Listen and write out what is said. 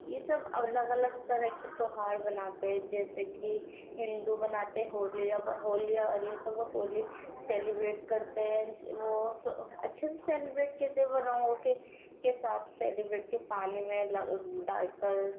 یہ سب الگ الگ طرح کے تہوار بناتے ہیں جیسے کہ ہندو مناتے ہولی اب ہولی آ رہی ہے تو وہ ہولی سیلیبریٹ کرتے ہیں وہ اچّھے سے سیلیبریٹ کرتے ہیں وہ رنگوں کے کے ساتھ سیلیبریٹ کے پانی میں ڈال کر